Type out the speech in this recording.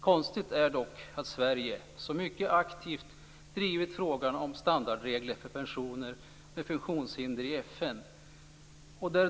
Konstigt är dock att Sverige så aktivt drivit frågan om standardregler för personer med funktionshinder i FN.